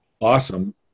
awesome